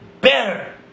better